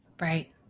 Right